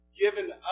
given